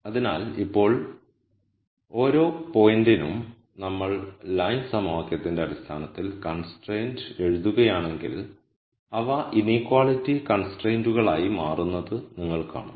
അതിനാൽ ഇപ്പോൾ ഓരോ പോയിന്റിനും നമ്മൾ ലൈൻ സമവാക്യത്തിന്റെ അടിസ്ഥാനത്തിൽ കൺസ്ട്രൈയ്ന്റു എഴുതുകയാണെങ്കിൽ അവ ഇനീക്വാളിറ്റി കൺസ്ട്രൈയ്ന്റുകളായി മാറുന്നത് നിങ്ങൾ കാണും